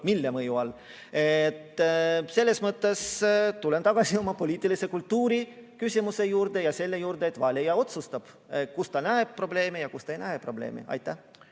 mille mõju all. Selles mõttes tulen tagasi oma poliitilise kultuuri küsimuse juurde ja selle juurde, et valija otsustab, kus ta näeb probleeme ja kus ta ei näe probleemi. Aitäh